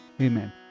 Amen